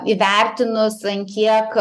įvertinus ant kiek